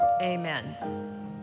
Amen